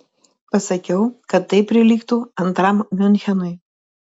pasakiau kad tai prilygtų antram miunchenui